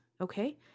okay